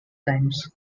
times